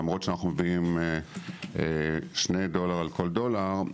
למרות שאנו מביאים 2 דולר על כל דולר,